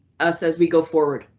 us as we go forward.